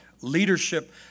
leadership